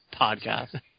podcast